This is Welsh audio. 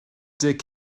deg